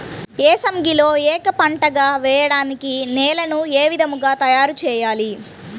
ఏసంగిలో ఏక పంటగ వెయడానికి నేలను ఏ విధముగా తయారుచేయాలి?